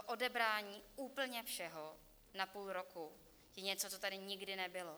Odebrání úplně všeho na půl roku je něco, co tady nikdy nebylo.